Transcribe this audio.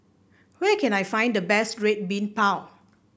where can I find the best Red Bean Bao